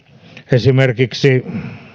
esimerkiksi